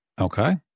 Okay